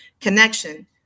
connection